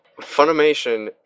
Funimation